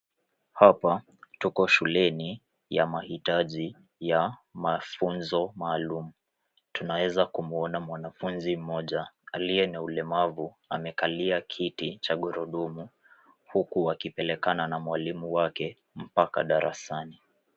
Hapa tuko shuleni ya mahitaji ya mafunzo maalum. Tunaweza kumuona mwanafunzi mmoja aliye na ulemavu amekalia kiti cha gurudumu, huku wakipelekana na mwalimu wake mpaka darasani.